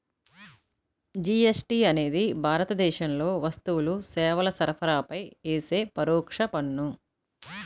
GST అనేది భారతదేశంలో వస్తువులు, సేవల సరఫరాపై యేసే పరోక్ష పన్ను